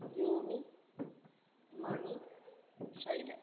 Roni Mani Shaila